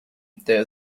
there